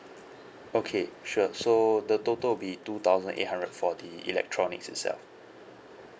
okay sure so the total will be two thousand eight hundred for the electronics itself